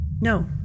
No